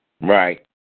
Right